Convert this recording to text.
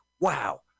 wow